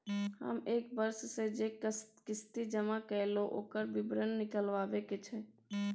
हम एक वर्ष स जे किस्ती जमा कैलौ, ओकर विवरण निकलवाबे के छै?